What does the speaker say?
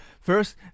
First